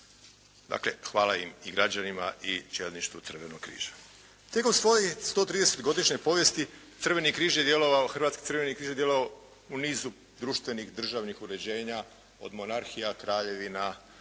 Dakle, hvala im i građanima i čelništvu Crvenog križa. Tijekom svoje 130. godišnje povijesti Hrvatski crveni križ je djelovao u nizu društvenih državnih uređenja od monarhija, kraljevina,